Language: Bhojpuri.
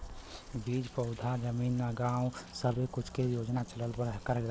बीज पउधा जमीन गाव सब्बे कुछ के योजना चलल करेला